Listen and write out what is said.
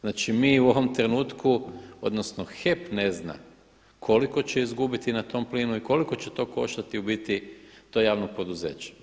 Znači, mi u ovom trenutku odnosno HEP ne zna koliko će izgubiti na tom plinu i koliko će to koštati u biti to javno poduzeće.